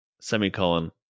semicolon